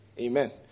Amen